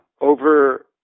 over